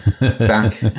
back